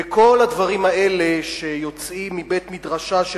וכל הדברים האלה שיוצאים מבית-המדרש של